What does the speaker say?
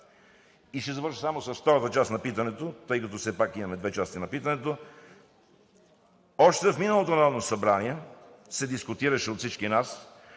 Ще завърша само с втората част на питането, тъй като все пак имаме две части на питането. Още в миналото Народно събрание се дискутираше от всички нас,